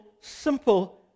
simple